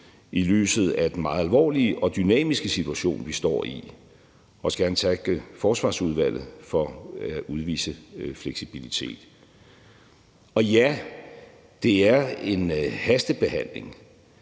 i lyset af den meget alvorlige og dynamiske situation, vi står i. Jeg vil også gerne takke Forsvarsudvalget for at udvise fleksibilitet. Og ja, det er en hastebehandling,